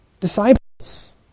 disciples